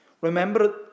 Remember